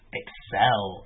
excel